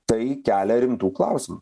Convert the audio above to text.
tai kelia rimtų klausimų